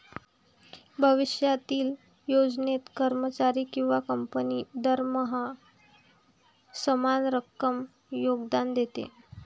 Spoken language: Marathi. भविष्यातील योजनेत, कर्मचारी किंवा कंपनी दरमहा समान रक्कम योगदान देते